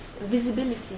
visibility